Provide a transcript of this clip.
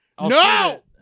No